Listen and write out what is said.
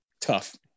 tough